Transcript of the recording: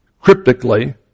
cryptically